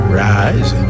rise